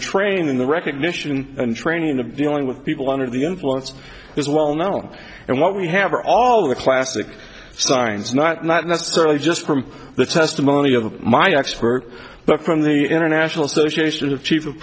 trained in the recognition and training of dealing with people under the influence is well known and what we have are all the classic signs not not necessarily just from the testimony of my expert but from the international